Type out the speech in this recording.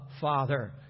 Father